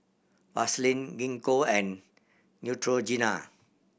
Vaselin Gingko and Neutrogena